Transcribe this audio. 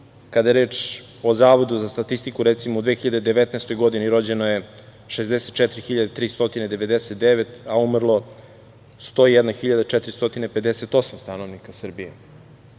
kada je reč o Zavodu za statistiku, recimo, u 2019. godini rođeno je 64.399, a umrlo 101.458 stanovnika Srbije.